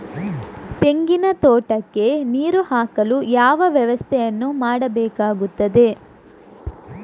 ತೆಂಗಿನ ತೋಟಕ್ಕೆ ನೀರು ಹಾಕಲು ಯಾವ ವ್ಯವಸ್ಥೆಯನ್ನು ಮಾಡಬೇಕಾಗ್ತದೆ?